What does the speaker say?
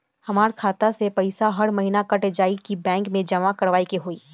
हमार खाता से पैसा हर महीना कट जायी की बैंक मे जमा करवाए के होई?